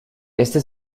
este